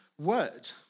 word